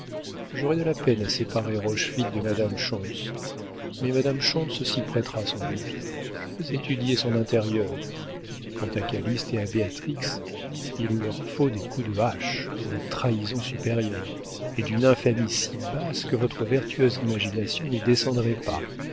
j'aurai de la peine à séparer rochefide de madame schontz mais madame schontz s'y prêtera sans doute je vais étudier son intérieur quant à calyste et à béatrix il leur faut des coups de hache des trahisons supérieures et d'une infamie si basse que votre vertueuse imagination n'y descendrait pas